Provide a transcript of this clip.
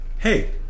Hey